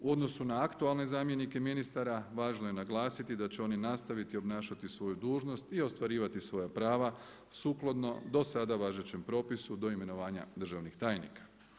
U odnosu na aktualne zamjenike ministara važno je naglasiti da će oni nastaviti obnašati svoju dužnost i ostvarivati svoja prava sukladno dosada važećem propisu do imenovanja državnih tajnika.